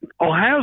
Ohio